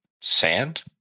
sand